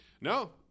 No